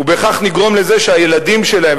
ובכך נגרום לזה שהילדים שלהם,